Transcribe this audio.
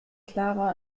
clara